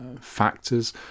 factors